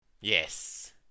Yes